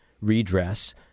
redress